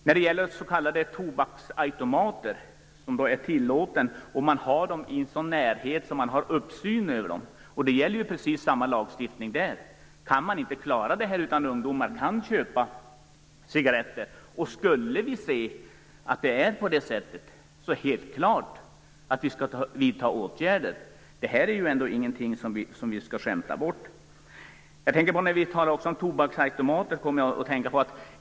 När det gäller s.k. tobaksautomater, som alltså är tillåtna om man har dem i en sådan närhet att man har uppsyn över dem, gäller precis samma lagstiftning. Om vi kan se att man inte klarar av det utan att ungdomar kan köpa cigaretter skall vi helt klart vidta åtgärder. Det här är ingenting som vi skall skämta bort. I samband med att vi talar om tobaksautomater kommer jag att tänka på Amerika.